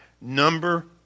Number